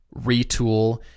retool